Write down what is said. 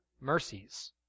mercies